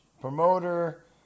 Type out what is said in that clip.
promoter